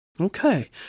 Okay